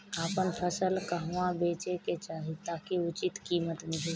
आपन फसल कहवा बेंचे के चाहीं ताकि उचित कीमत मिली?